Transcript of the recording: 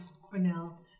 Cornell